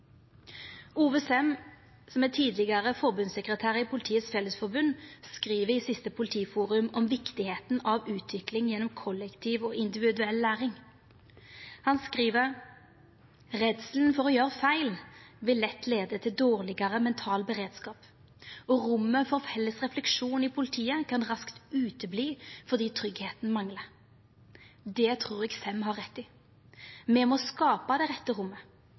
tidlegare forbundssekretær i Politiets Fellesforbund, skriv i siste Politiforum om viktigheita av utvikling gjennom kollektiv og individuell læring. Han skriv: «Redselen for å gjøre feil vil lett lede til dårligere mental beredskap, og rommet for felles refleksjon i politiet kan raskt utebli fordi tryggheten mangler.» Det trur eg Sem har rett i. Me må skapa det rette rommet,